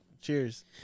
cheers